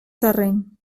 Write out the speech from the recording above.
terreny